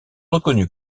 reconnue